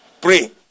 pray